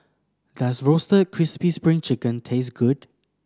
does Roasted Crispy Spring Chicken taste good